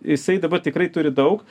jisai dabar tikrai turi daug